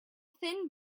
thin